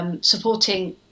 supporting